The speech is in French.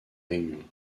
réunion